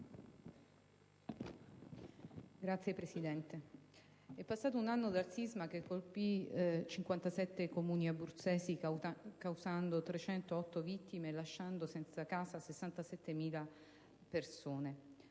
Signor Presidente, è passato un anno dal sisma che colpì 57 comuni abruzzesi, causando 308 vittime e lasciando senza casa 67.000 persone.